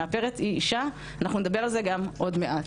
המאפרת היא אישה, אנחנו נדבר על זה גם עוד מעט.